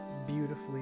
beautifully